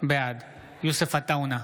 בעד יוסף עטאונה,